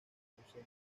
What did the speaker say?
ausencia